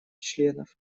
членов